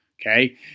Okay